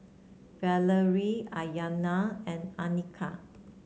Valarie Iyana and Annika